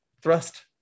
thrust